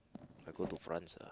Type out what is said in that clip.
I go to France lah